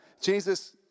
Jesus